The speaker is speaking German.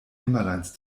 nimmerleins